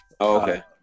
okay